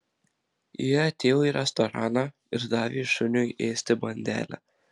ji atėjo į restoraną ir davė šuniui ėsti bandelę